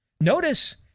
Notice